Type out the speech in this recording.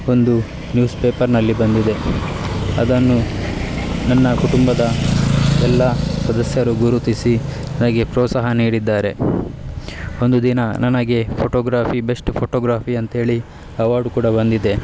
ಒಂದು ನ್ಯೂಸ್ಪೇಪರ್ನಲ್ಲಿ ಬಂದಿದೆ ಅದನ್ನು ನನ್ನ ಕುಟುಂಬದ ಎಲ್ಲಾ ಸದಸ್ಯರು ಗುರುತಿಸಿ ನನಗೆ ಪ್ರೋತ್ಸಾಹ ನೀಡಿದ್ದಾರೆ ಒಂದು ದಿನ ನನಗೆ ಫೋಟೋಗ್ರಾಫಿ ಬೆಸ್ಟ್ ಫೋಟೋಗ್ರಾಫಿ ಅಂತೇಳಿ ಅವಾರ್ಡ್ ಕೂಡ ಬಂದಿದೆ